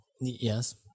Yes